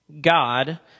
God